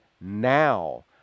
now